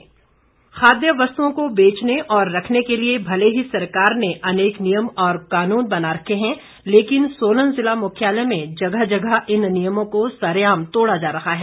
खाद्य पदार्थ खाद्य वस्तुओं को बेचने और रखने के लिए भले ही सरकार ने अनेकों नियम और कानून बना रखे हैं लेकिन सोलन जिला मुख्यालय में जगह जगह इन नियमों को सरेआम तोड़ा जा रहा है